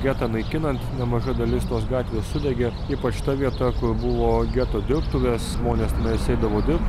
getą naikinant nemaža dalis tos gatvės sudegė ypač ta vieta kur buvo geto dirbtuvės žmonės tenais eidavo dirbt